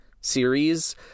series